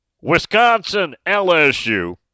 Wisconsin-LSU